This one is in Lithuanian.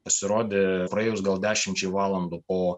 pasirodė praėjus gal dešimčiai valandų po